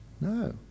No